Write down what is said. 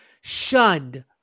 shunned